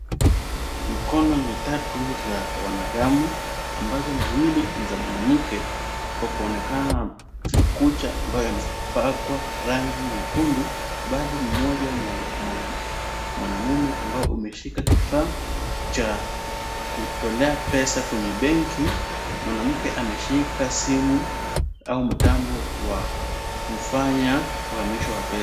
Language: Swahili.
Mikono mitatu za wanadamu ambazo miwili ni za mwanamke kwa kuonekana makucha ambayo yamepakwa rangi nyekundu bali mmoja ni mwanaume ambaye umeshika kifaa cha kutolea pesa kwenye benki. Mwanamke ameshika simu au mtambo wa kufanya uhamisho wa pesa.